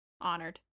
honored